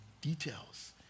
details